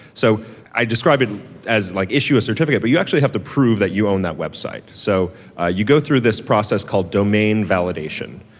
so i described it as like issue a certificate, but you actually have to prove that you own that website. so ah you go through this process called domain validation,